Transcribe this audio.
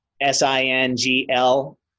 s-i-n-g-l